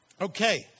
Okay